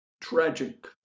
tragic